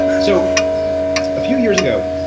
so a few years ago,